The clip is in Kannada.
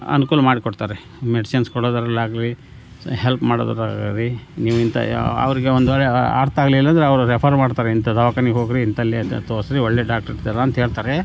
ಅನುಕೂಲ ಮಾಡಿಕೊಡ್ತಾರೆ ಮೆಡಿಸಿನ್ಸ್ ಕೊಡುದರಲ್ಲಾಗ್ಲಿ ಹೆಲ್ಪ್ ಮಾಡೋದರಲ್ಲಾಗ್ಲಿ ನೀವು ಇಂಥ ಅವರಿಗೆ ಒಂದು ವೇಳೆ ಅರ್ಥ ಆಗಲಿಲ್ಲ ಅಂದರೆ ಅವರು ರೆಫರ್ ಮಾಡ್ತಾರೆ ಇಂಥ ದವಾಖಾನೆಗೆ ಹೋಗಿರಿ ಇಂಥಲ್ಲಿ ತೋರಿಸಿರಿ ಒಳ್ಳೆಯ ಡಾಕ್ಟರ್ ಇರ್ತಾರೆ ಅಂತ ಹೇಳ್ತಾರೆ